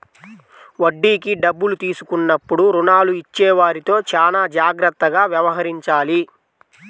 వడ్డీకి డబ్బులు తీసుకున్నప్పుడు రుణాలు ఇచ్చేవారితో చానా జాగ్రత్తగా వ్యవహరించాలి